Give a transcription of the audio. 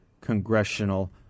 congressional